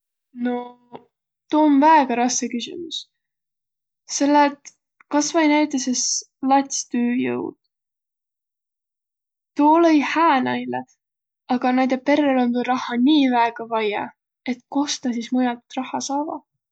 Noq tuu om väega rassõ küsümüs, selle et kasvai näütüses latstüüjõud. Tuu olõ-i hää näile, agaq naidõ perrel om tuud rahha nii väega vajja, et kost nääq sis mujalt raha saavaq.